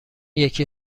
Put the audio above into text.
یکی